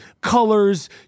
Colors